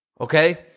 Okay